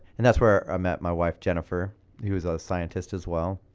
and that's where i met my wife jennifer who was a scientist as well.